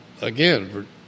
again